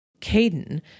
Caden